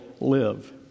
live